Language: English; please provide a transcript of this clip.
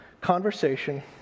conversation